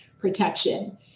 protection